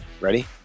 Ready